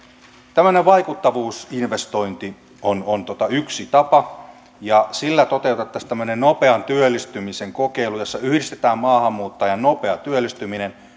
tämmöinen vaikuttavuusinvestointi on on yksi tapa ja sillä toteutettaisiin tämmöinen nopean työllistymisen kokeilu jossa yhdistetään maahanmuuttajan nopea työllistyminen